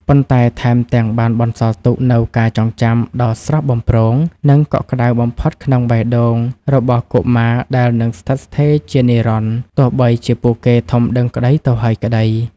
ប៉ុន្តែថែមទាំងបានបន្សល់ទុកនូវការចងចាំដ៏ស្រស់បំព្រង និងកក់ក្តៅបំផុតនៅក្នុងបេះដូងរបស់កុមារ ដែលនឹងស្ថិតស្ថេរជានិរន្តរ៍ទោះបីជាពួកគេធំដឹងក្តីទៅហើយក្តី។